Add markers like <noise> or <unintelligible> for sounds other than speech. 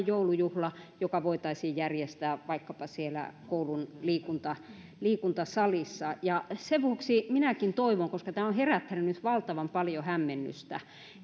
<unintelligible> joulujuhla joka voitaisiin järjestää vaikkapa siellä koulun liikuntasalissa liikuntasalissa sen vuoksi minäkin toivon koska tämä on herättänyt nyt valtavan paljon hämmennystä